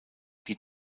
die